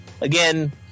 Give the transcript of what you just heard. again